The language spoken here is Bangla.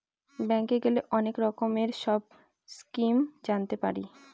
ব্যাঙ্কে গেলে অনেক রকমের সব স্কিম জানতে পারি